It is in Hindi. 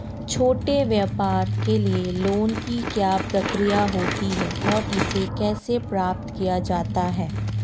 छोटे व्यापार के लिए लोंन की क्या प्रक्रिया होती है और इसे कैसे प्राप्त किया जाता है?